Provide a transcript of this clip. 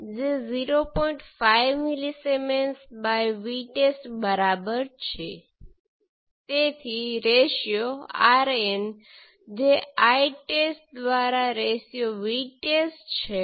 તેથી હવે આ વોલ્ટેજ ડ્રોપ V2 આ 1 કિલો Ω રેઝિસ્ટર × 1 કિલો Ω રેઝિસ્ટન્સ દ્વારા કરંટ છે